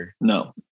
No